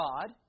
God